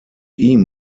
ihm